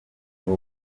muri